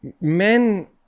men